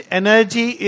energy